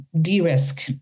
de-risk